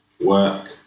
work